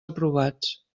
aprovats